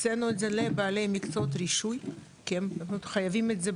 הקצינו את זה לבעלי מקצועות רישוי כי הם חייבים את זה.